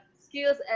skills